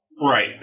Right